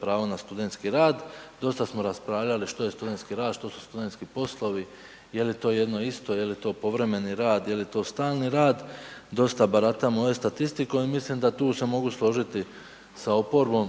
pravo na studentski rad. Dosta smo raspravljali što je studentski rad, što su studentski poslovi, je li to jedno isto, je li to povremeni rad, je li to stalni rad, dosta baratamo ovdje statistikom i mislim da tu se mogu složiti sa oporbom